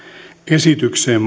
esitykseen